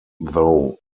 though